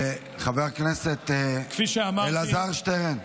חבר הכנסת אלעזר שטרן,